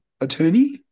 attorney